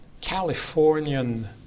Californian